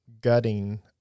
gutting